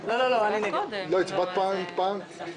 הצבעה בעד 6 נגד